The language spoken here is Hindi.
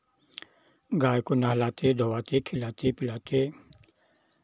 गाय को नहलाते धुलाते खिलाते पिलाते